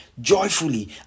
joyfully